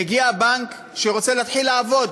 מגיע בנק שרוצה להתחיל לעבוד,